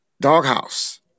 Doghouse